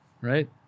right